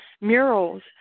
murals